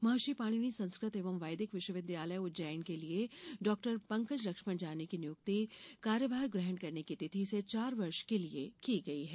महर्षि पाणिनी संस्कृत एवं वैदिक विश्वविदयालय उज्जैन के लिए डॉ पंकज लक्ष्मण जानी की नियुक्ति कार्यभार ग्रहण करने की तिथि से चार वर्ष की के लिए की गई है